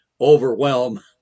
overwhelm